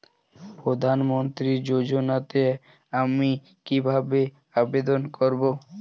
প্রধান মন্ত্রী যোজনাতে আমি কিভাবে আবেদন করবো?